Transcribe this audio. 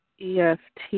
EFT